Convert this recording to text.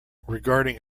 regarding